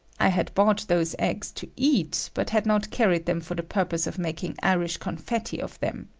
i had bought those eggs to eat, but had not carried them for the purpose of making irish confetti of them.